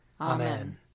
Amen